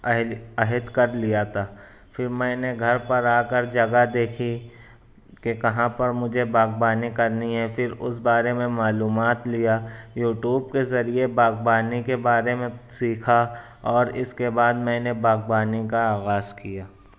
عہد عہد کر لیا تھا پھر میں نے گھر پر آ کر جگہ دیکھی کہ کہاں پر مجھے باغبانی کرنی ہے پھر اس بارے میں معلومات لیا یوٹیوب کے ذریعے باغبانی کے بارے میں سیکھا اور اس کے بعد میں نے باغبانی کا آغاز کیا